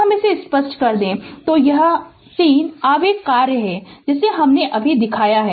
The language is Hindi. तो हम इसे स्पष्ट कर दे तो यह 3 आवेग कार्य है जो हमनें अभी दिखाया है